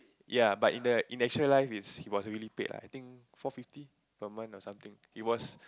ya but in the in the actual life is his was actually paid ah I think four fifty per month for something he was